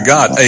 God